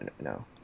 no